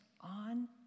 on